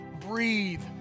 breathe